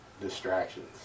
distractions